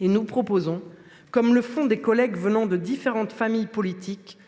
Et nous proposons, comme le font des collègues venant de différentes familles politiques,